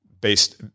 based